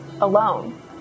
alone